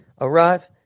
arrive